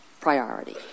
priority